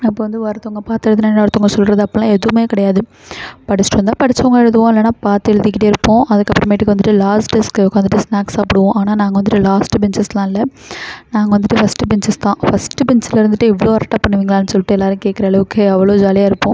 அப்போது வந்து ஒருத்தவங்க பார்த்து எழுதுனாலே இன்னொருத்தவங்க சொல்வது அப்படிலாம் எதுவும் கிடையாது படிச்சுட்டு வந்தால் படிச்சவங்க எழுதுவோம் இல்லைனா பார்த்து எழுதிக்கிட்டே இருப்போம் அதுக்கு அப்புறமேட்டுக்கு வந்துட்டு லாஸ்ட் டெஸ்க்கில் உக்கார்ந்துட்டு ஸ்நாக்ஸ் சாப்பிடுவோம் ஆனால் நாங்கள் வந்துட்டு லாஸ்ட்டு பெஞ்சஸ்லாம் இல்லை நாங்கள் வந்துட்டு ஃபஸ்ட்டு பெஞ்சஸ் தான் ஃபஸ்ட்டு பெஞ்சில் இருந்துட்டு இவ்வளோ அரட்டை பண்ணுவீங்களான்னு சொல்லிட்டு எல்லோரும் கேட்கற அளவுக்கு அவ்வளோ ஜாலியாக இருப்போம்